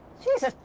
jesus,